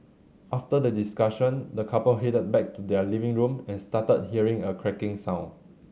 after the discussion the couple headed back to their living room and started hearing a cracking sound